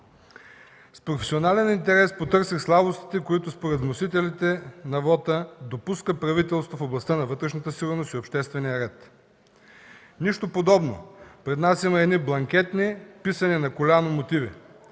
С професионален интерес потърсих слабостите, които според вносителите на вота допуска правителството в областта на вътрешната сигурност и обществения ред. Нищо подобно! Пред нас има едни бланкетни, писани на коляно мотиви.